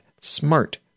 SMART